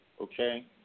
Okay